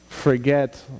forget